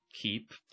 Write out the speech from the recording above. keep